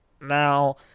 Now